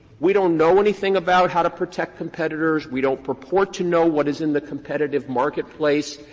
we don't know anything about how to protect competitors. we don't purport to know what is in the competitive marketplace.